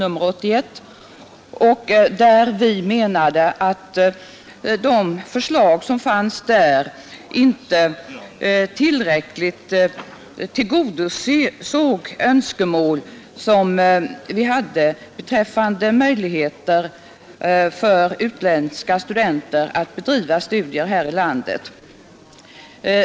Vi menar emellertid att de förslag som fanns i den propositionen inte tillgodosåg våra önskemål beträffande möjligheterna för utländska studenter att bedriva studier här i landet.